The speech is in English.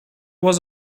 was